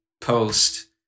post